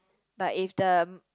but if the